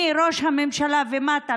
מראש הממשלה ומטה,